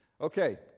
Okay